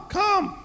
come